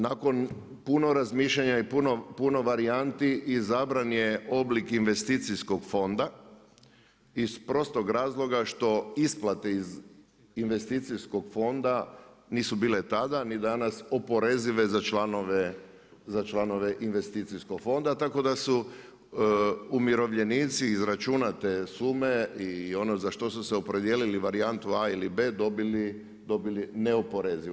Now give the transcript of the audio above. Nakon puno razmišljanja i puno varijanti izabran je oblik investicijskog fonda iz prostog razloga što isplate iz investicijskog fonda nisu bile tada ni danas oporezive za članove investicijskog fonda, tako da su umirovljenici izračunate sume i ono za što su se opredijelili varijantu A ili B dobili neoporezivo.